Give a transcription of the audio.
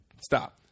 Stop